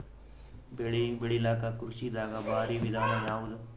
ಬೆಳೆ ಬೆಳಿಲಾಕ ಕೃಷಿ ದಾಗ ಭಾರಿ ವಿಧಾನ ಯಾವುದು?